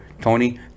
Tony